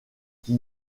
qui